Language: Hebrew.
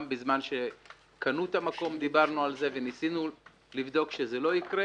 גם בזמן שקנו את המקום דיברנו על זה וניסינו לבדוק שזה לא יקרה.